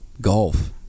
golf